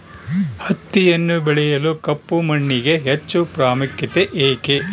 ಹತ್ತಿಯನ್ನು ಬೆಳೆಯಲು ಕಪ್ಪು ಮಣ್ಣಿಗೆ ಹೆಚ್ಚು ಪ್ರಾಮುಖ್ಯತೆ ಏಕೆ?